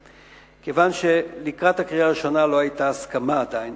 כיוון שלקראת הקריאה הראשונה עדיין לא היתה הסכמה בנושאים האלה: